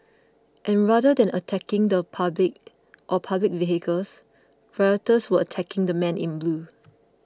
and rather than attacking the public or public vehicles rioters were attacking the men in blue